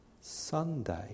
Sunday